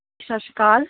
ਸਤਿ ਸ਼੍ਰੀ ਅਕਾਲ